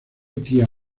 tía